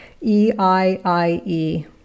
E-I-I-E